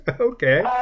okay